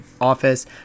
office